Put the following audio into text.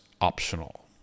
optional